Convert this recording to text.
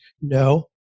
no